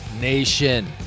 Nation